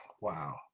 Wow